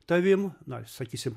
tavim na sakysim